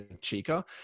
Chica